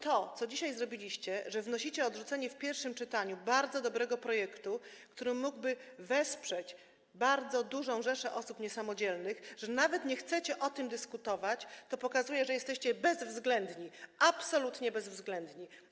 To, co dzisiaj zrobiliście, że wnosicie o odrzucenie w pierwszym czytaniu bardzo dobrego projektu, który mógłby wesprzeć bardzo dużą rzeszę osób niesamodzielnych, że nawet nie chcecie o tym dyskutować, pokazuje, że jesteście bezwzględni, absolutnie bezwzględni.